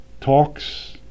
talks